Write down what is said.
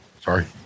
sorry